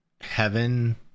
heaven